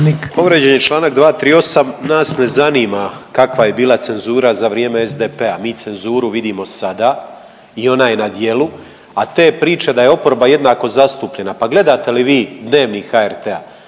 Povrijeđen je čl. 238., nas ne zanima kakva je bila cenzura za vrijeme SDP-a mi cenzuru vidimo sada i ona je na djelu, a te priče da je oporba jednako zastupljena pa gledate li vi Dnevnik HRT-a,